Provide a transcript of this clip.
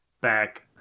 back